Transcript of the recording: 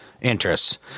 interests